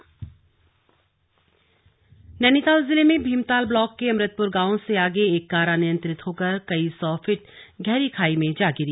हादसा नैनीताल जिले में भीमताल ब्लॉक के अमृतपुर गांव से आगे एक कार अनियंत्रित होकर कई सौ फिट गहरी खाई में जा गिरी